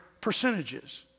percentages